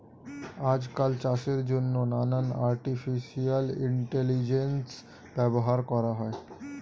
আজকাল চাষের জন্যে নানান আর্টিফিশিয়াল ইন্টেলিজেন্স ব্যবহার করা হয়